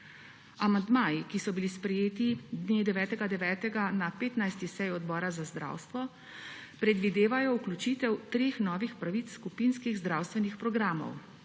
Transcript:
Amandmaji, ki so bili sprejeti dne 9. 9. na 15. seji Odbora za zdravstvo, predvidevajo vključitev treh novih pravic skupinskih zdravstvenih programov